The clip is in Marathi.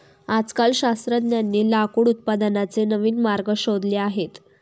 आजकाल शास्त्रज्ञांनी लाकूड उत्पादनाचे नवीन मार्ग शोधले आहेत